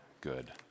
good